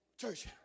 Church